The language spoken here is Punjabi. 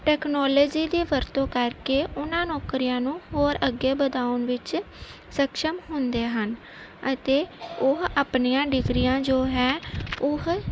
ਟੈਕਨੋਲੋਜੀ ਦੀ ਵਰਤੋਂ ਕਰਕੇ ਉਹਨਾਂ ਨੌਕਰੀਆਂ ਨੂੰ ਹੋਰ ਅੱਗੇ ਵਧਾਉਣ ਵਿੱਚ ਸਕਸ਼ਮ ਹੁੰਦੇ ਹਨ ਅਤੇ ਉਹ ਆਪਣੀਆਂ ਡਿਗਰੀਆਂ ਜੋ ਹੈ ਉਹ